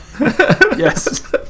yes